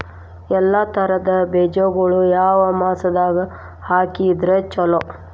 ಎಲ್ಲಾ ತರದ ಬೇಜಗೊಳು ಯಾವ ಮಾಸದಾಗ್ ಹಾಕಿದ್ರ ಛಲೋ?